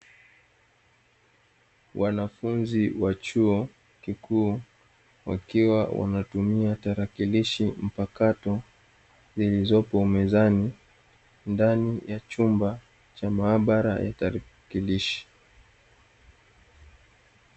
Wanafunzi wa chuo kikuu, wakiwa wanatumia talakilishi mpakato zilizopo mezani ndani ya chumba cha maabara ya talakilishi.